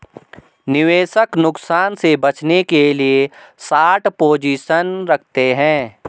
निवेशक नुकसान से बचने के लिए शार्ट पोजीशन रखते है